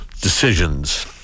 decisions